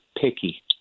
picky